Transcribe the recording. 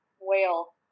whale